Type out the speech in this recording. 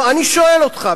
אני שואל אותך,